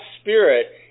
Spirit